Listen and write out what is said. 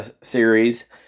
series